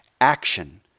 action